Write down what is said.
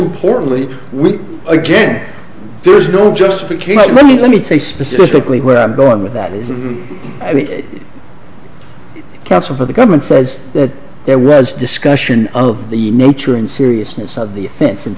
importantly we again there is no justification let me let me take specifically where i'm going with that is i mean counsel for the government says that there was discussion of the nature and seriousness of the offense and